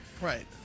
right